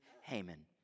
Haman